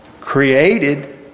created